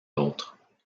autres